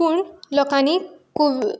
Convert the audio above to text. पूण लोकांनी कोव